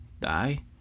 die